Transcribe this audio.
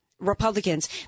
Republicans